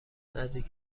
نزدیک